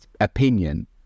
opinion